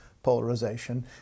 polarization